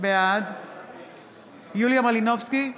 בעד יוליה מלינובסקי,